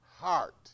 heart